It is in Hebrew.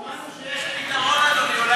גם, שיש פתרון, אדוני.